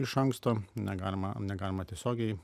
iš anksto negalima negalima tiesiogiai